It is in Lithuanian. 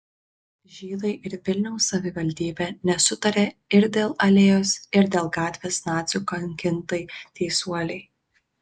žydai ir vilniaus savivaldybė nesutaria ir dėl alėjos ir dėl gatvės nacių kankintai teisuolei